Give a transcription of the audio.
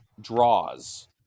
draws